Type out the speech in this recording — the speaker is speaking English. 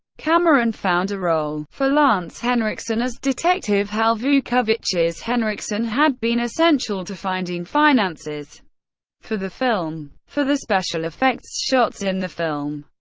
cameron found a role for lance henriksen as detective hal vukovich, as henriksen had been essential to finding finances for the film. film. for the special effects shots in the film,